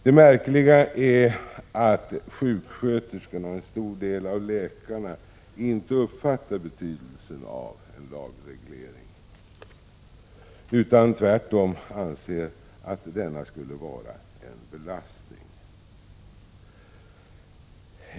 Det märkliga är att sjuksköterskorna och en stor del av läkarna inte uppfattar betydelsen av en lagreglering utan tvärtom anser att en sådan skulle vara en belastning.